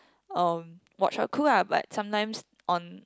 um watch her cook ah but sometimes on